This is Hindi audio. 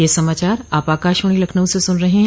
ब्रे क यह समाचार आप आकाशवाणी लखनऊ से सुन रहे हैं